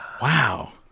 Wow